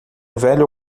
velho